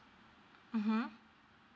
mmhmm